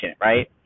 right